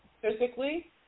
Physically